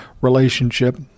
relationship